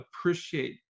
appreciate